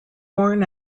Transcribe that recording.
born